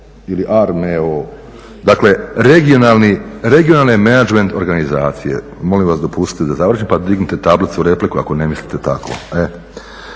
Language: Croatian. ili RMO, dakle regionalne menadžment organizacije. Molim vas dopustite da završim pa dignite tablicu, repliku ako ne mislite tako.